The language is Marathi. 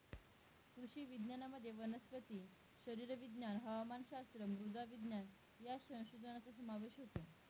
कृषी विज्ञानामध्ये वनस्पती शरीरविज्ञान, हवामानशास्त्र, मृदा विज्ञान या संशोधनाचा समावेश होतो